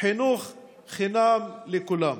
חינוך חינם לכולם.